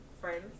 friends